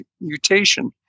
mutation